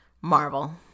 Marvel